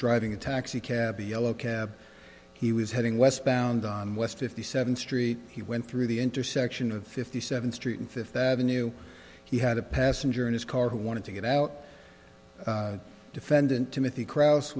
driving a taxi cab yellow cab he was heading westbound on west fifty seventh street he went through the intersection of fifty seventh street and fifth avenue he had a passenger in his car who wanted to get out defendant timothy cro